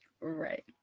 Right